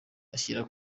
ashyira